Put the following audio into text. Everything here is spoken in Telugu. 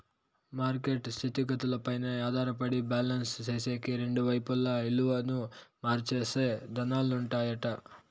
మార్కెట్ స్థితిగతులపైనే ఆధారపడి బ్యాలెన్స్ సేసేకి రెండు వైపులా ఇలువను మార్చే సాధనాలుంటాయట